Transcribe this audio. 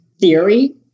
theory